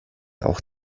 auch